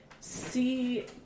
see